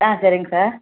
ஆ சரிங்க சார்